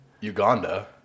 Uganda